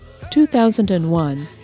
2001